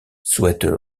souhaite